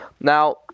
Now